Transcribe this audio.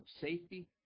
safety